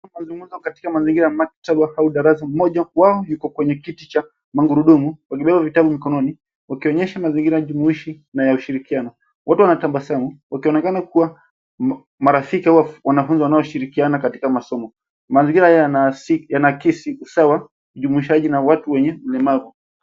Mazungumzo katika mazingira ya maktaba au darasa. Mmoja wao yuko kwenye kiti cha magurudumu, wengine wao vitabu mikononi wakionyesha mazingira jumuishi na ya ushirikiano. Wote wanatabasamu wakionekana kuwa marafiki au wanafunzi wanaoshirikiana katika masomo. Mazingira yanaakisi usawa, ujumuishaji na watu wenye ulemavu.